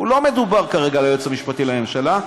לא מדובר כרגע על היועץ המשפטי לממשלה,